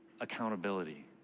accountability